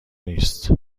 نیست